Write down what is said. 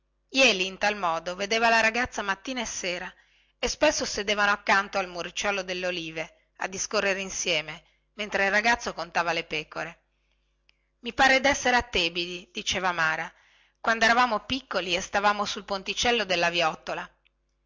jeli in tal modo vedeva la ragazza mattina e sera e spesso sedevano accanto al muricciolo dellovile a discorrere insieme mentre il ragazzo contava le pecore mi pare dessere a tebidi diceva mara quando eravamo piccoli e stavamo sul ponticello della viottola